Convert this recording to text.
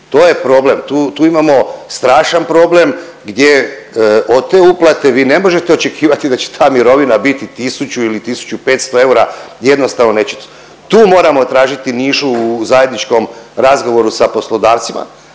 To je problem. Tu imamo strašan problem gdje od te uplate vi ne možete očekivati da će ta mirovina biti tisuću ili tisuću 500 eura, jednostavno neće. Tu moramo tražiti nišu u zajedničkom razgovoru sa poslodavcima